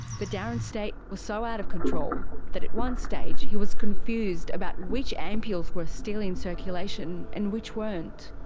but darren's state was so out of control that at one stage he was confused about which ampules were still in circulation and which weren't.